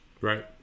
Right